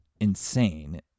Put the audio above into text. insane